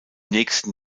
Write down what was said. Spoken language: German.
nächsten